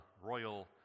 royal